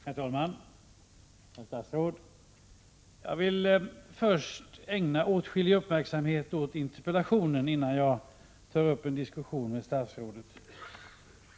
Herr talman! Herr statsråd! Jag vill först ägna åtskillig uppmärksamhet åt interpellationen, innan jag tar upp en diskussion med statsrådet.